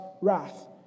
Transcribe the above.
wrath